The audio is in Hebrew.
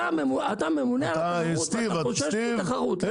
אתה חושש מתחרות.